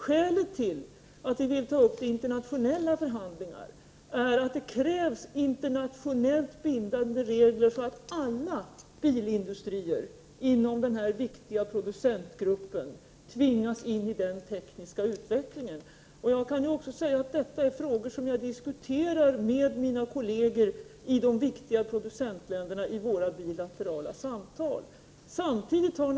Skälet till att vi vill ta upp detta i internationella förhandlingar är att det krävs internationellt bindande regler så att alla viktiga producenter inom bilindustrin tvingas in i den tekniska utvecklingen. Detta är frågor som jag diskuterar med mina kolleger i de viktiga producentländerna i samband med bilaterala överläggningar.